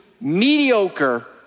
mediocre